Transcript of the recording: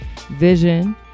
vision